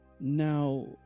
Now